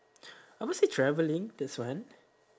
I would say travelling that's one